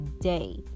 day